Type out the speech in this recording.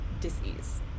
dis-ease